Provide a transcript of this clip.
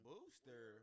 Booster